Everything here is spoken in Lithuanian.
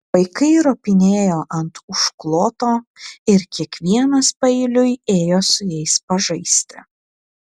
vaikai ropinėjo ant užkloto ir kiekvienas paeiliui ėjo su jais pažaisti